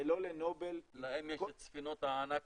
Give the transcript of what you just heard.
ולא לנובל --- להם יש את ספינות הענק